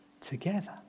together